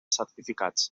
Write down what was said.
certificats